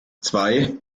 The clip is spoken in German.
zwei